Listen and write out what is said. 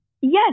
yes